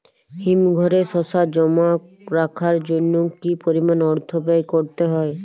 হিমঘরে শসা জমা রাখার জন্য কি পরিমাণ অর্থ ব্যয় করতে হয়?